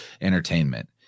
entertainment